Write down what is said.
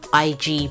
IG